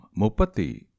Mupati